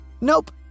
Nope